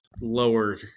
Lower